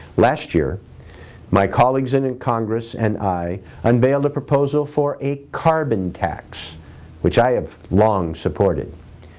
last year my colleagues and in congress and i unveiled a proposal for a carbon tax which i have long supported.